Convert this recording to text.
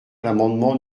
l’amendement